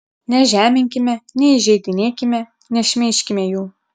nežeminkime neįžeidinėkime nešmeižkime jų